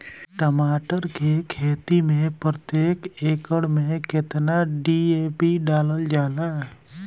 टमाटर के खेती मे प्रतेक एकड़ में केतना डी.ए.पी डालल जाला?